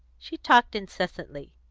she talked incessantly.